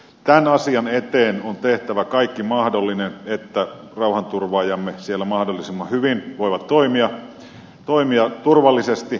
tämän asian eteen on tehtävä kaikki mahdollinen että rauhanturvaajamme siellä mahdollisimman hyvin voivat toimia turvallisesti